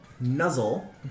Nuzzle